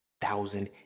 thousand